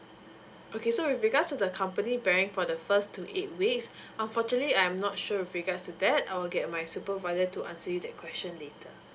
okay so with regards to the the company bank for the first two eight weeks unfortunately I'm not sure with regards to that I'll get my supervisor to answer you that question later